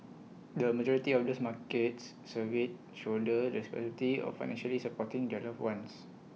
the majority of those markets surveyed shoulder the responsibility of financially supporting their loved ones